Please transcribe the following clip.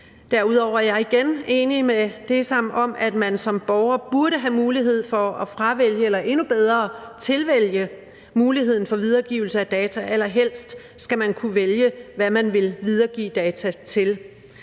Derudover er jeg igen enig med DSAM om, at man som borger burde have mulighed for at fravælge eller endnu bedre tilvælge muligheden for videregivelse af data, allerhelst skal man kunne vælge, hvad man vil videregive data til.